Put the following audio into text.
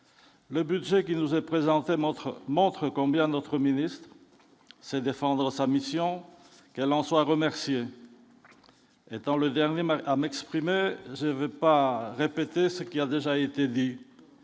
le budget qui nous est présenté montre montre combien notre ministre c'est défendant sa mission qu'elle en soit remercié étant le dernier match à m'exprimer, je veux pas répéter ce qui a déjà été dit